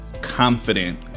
confident